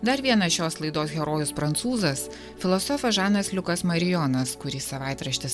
dar vienas šios laidos herojus prancūzas filosofas žanas liukas marijonas kurį savaitraštis